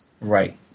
right